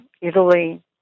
Italy